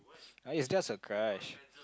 it's just a crush